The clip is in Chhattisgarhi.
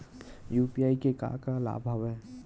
यू.पी.आई के का का लाभ हवय?